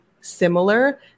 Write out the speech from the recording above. similar